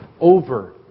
over